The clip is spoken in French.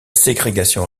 ségrégation